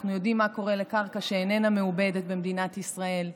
אנחנו יודעים מה קורה לקרקע שאיננה מעובדת במדינת ישראל,